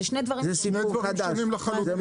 אלה שני דברים שונים לחלוטין.